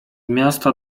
miasta